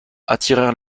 attirent